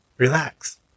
Relax